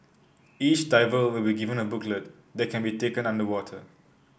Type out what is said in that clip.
each diver will be given a booklet that can be taken underwater